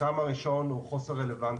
הטעם הראשון הוא חוסר רלוונטיות.